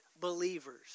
believers